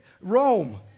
Rome